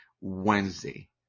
Wednesday